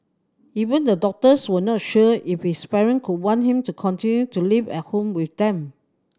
even the doctors were not sure if his parent would want him to continue to live at home with them